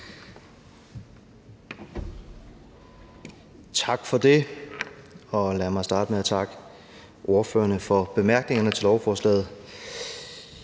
Tak for det. Lad mig starte med at takke ordførerne for deres bemærkninger til lovforslaget.